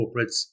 corporates